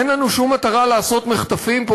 אין לנו שום מטרה לעשות מחטפים פה,